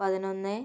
പതിനൊന്ന്